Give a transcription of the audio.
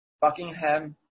Buckingham